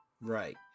Right